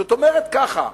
זאת אומרת ככה: